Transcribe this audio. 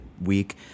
week